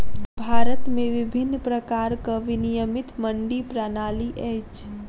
भारत में विभिन्न प्रकारक विनियमित मंडी प्रणाली अछि